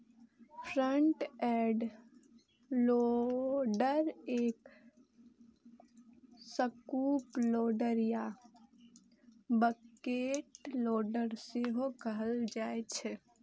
front end loader के scoop loader या bucket loader सेहो कहल जाइ छै